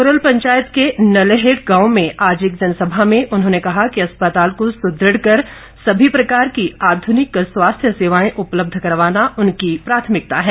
थ्रल पंचायत के नलहेड़ गांव में आज एक जनसभा में उन्होंने कहा कि अस्पताल को सुदृढ़ कर सभी प्रकार की आधुनिक स्वास्थ्य सेवाएं उपलब्ध करवाना उनकी प्राथमिकता है